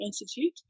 Institute